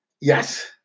Yes